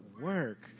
work